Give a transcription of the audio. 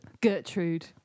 Gertrude